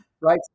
Right